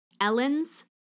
Ellen's